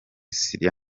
syria